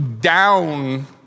down